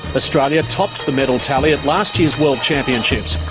australia topped the medal tally at last year's world championships.